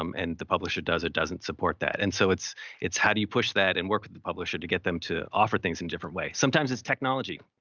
um and the publisher does or doesn't support that. and so it's it's how do you push that and work with the publisher to get them to offer things in different ways. sometimes it's technology.